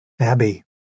Abby